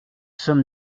sommes